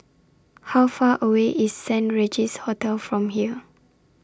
How Far away IS Saint Regis Hotel from here